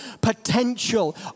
potential